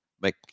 make